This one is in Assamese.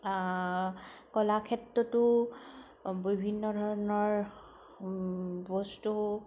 কলাক্ষেত্ৰটো বিভিন্ন ধৰণৰ বস্তু